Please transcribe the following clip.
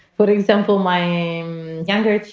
but example, my younger two,